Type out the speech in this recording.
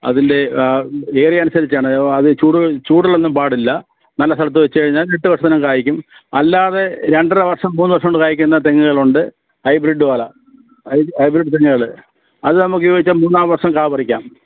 അതിൻ്റെ ഏരിയ അനുസരിച്ചാണ് അത് അത് ചൂട് ചൂടിലൊന്നും പാടില്ല നല്ല സ്ഥലത്ത് വെച്ചു കഴിഞ്ഞാൽ എട്ട് വർഷത്തിനകം കായ്ക്കും അല്ലാതെ രണ്ടര വർഷം മൂന്ന് വർഷം കൊണ്ട് കായ്ക്കുന്ന തെങ്ങുകളുണ്ട് ഹൈബ്രിഡ് വാല ഹൈ ഹൈബ്രിഡ് തെങ്ങുകൾ അത് നമുക്ക് വെച്ചാൽ മൂന്നാം വർഷം കായ പറിക്കാം